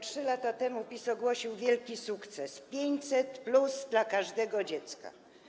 3 lata temu PiS ogłosił wielki sukces - 500+ dla każdego dziecka.